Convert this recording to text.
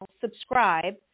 subscribe